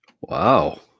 Wow